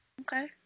Okay